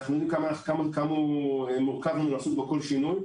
אנחנו יודעים כמה מורכב לעשות בו כל שינוי.